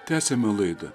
tęsiame laidą